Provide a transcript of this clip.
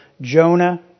Jonah